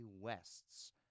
West's